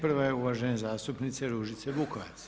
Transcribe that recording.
Prva je uvažene zastupnice Ružice Vukovac.